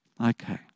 Okay